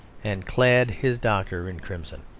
and clad his doctor in crimson.